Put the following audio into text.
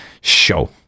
Show